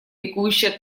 ликующая